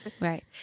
Right